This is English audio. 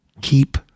keep